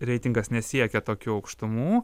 reitingas nesiekia tokių aukštumų